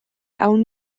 awn